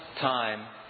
time